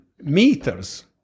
meters